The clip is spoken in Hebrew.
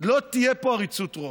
לא תהיה פה עריצות רוב.